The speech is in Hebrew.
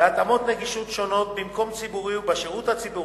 נגישות שונות במקום ציבורי ובשירות הציבורי,